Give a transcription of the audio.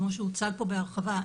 כמו שהוצג פה בהרחבה,